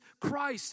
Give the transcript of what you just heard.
Christ